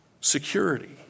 Security